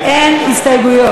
לא נתקבלה.